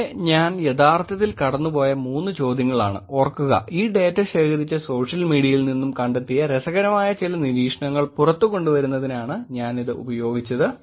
ഇവിടെ ഞാൻ യഥാർത്ഥത്തിൽ കടന്നുപോയ മൂന്നു ചോദ്യങ്ങളാണ് ഓർക്കുക ഈ ഡേറ്റ ശേഖരിച്ച സോഷ്യൽ മീഡിയയിൽ നിന്നും കണ്ടെത്തിയ രസകരമായ ചില നിരീക്ഷണങ്ങൾ പുറത്തുകൊണ്ടുവരുന്നതിനാണ് ഞാനിത് ഉപയോഗിച്ചത്